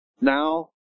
Now